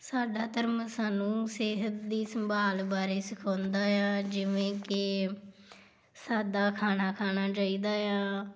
ਸਾਡਾ ਧਰਮ ਸਾਨੂੰ ਸਿਹਤ ਦੀ ਸੰਭਾਲ ਬਾਰੇ ਸਿਖਾਉਂਦਾ ਆ ਜਿਵੇਂ ਕਿ ਸਾਦਾ ਖਾਣਾ ਖਾਣਾ ਚਾਹੀਦਾ ਆ